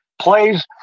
plays